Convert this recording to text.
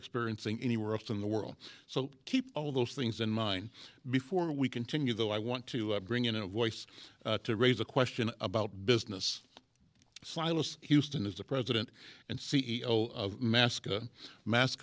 experiencing anywhere else in the world so keep all those things in mind before we continue though i want to bring in a voice to raise a question about business silas houston is the president and c e o of mask a mas